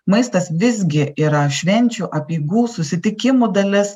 maistas visgi yra švenčių apeigų susitikimų dalis